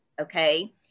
okay